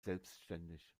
selbstständig